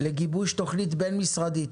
לגיבוש תוכנית בין-משרדית